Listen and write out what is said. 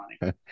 money